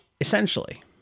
essentially